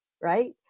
right